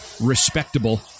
respectable